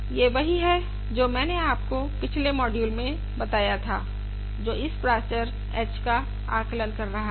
यह वही है जो मैंने आपको पिछले मॉड्यूल में बताया था जो इस प्राचर h का आकलन कर रहा है